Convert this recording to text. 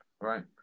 right